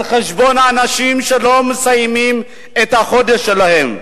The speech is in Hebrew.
על חשבון האנשים שלא מסיימים את החודש שלהם.